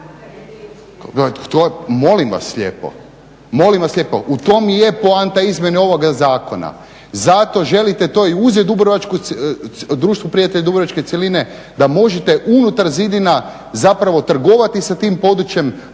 Molim vas lijepo! U tom i je poanta izmjene ovoga zakona. Zato želite to i uzeti Društvu prijatelja dubrovačke starine da možete unutar zidina zapravo trgovati sa tim područjem,